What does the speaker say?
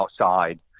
outside